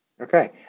Okay